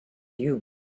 you